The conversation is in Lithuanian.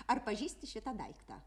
ar pažįsti šitą daiktą